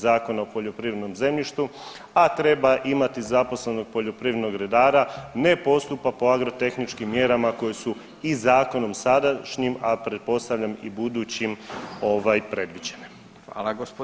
Zakona o poljoprivrednom zemljištu, a treba imati zaposlenog poljoprivrednog redara ne postupa po agrotehničkim mjerama koje su i zakonom sadašnjim, a pretpostavljam i budućim predviđene?